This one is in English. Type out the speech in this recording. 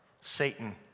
Satan